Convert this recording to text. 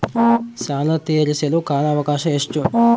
ಸಾಲ ತೇರಿಸಲು ಕಾಲ ಅವಕಾಶ ಎಷ್ಟು?